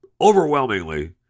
Overwhelmingly